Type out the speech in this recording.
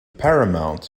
paramount